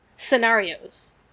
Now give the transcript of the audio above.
scenarios